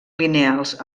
lineals